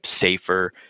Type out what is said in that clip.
safer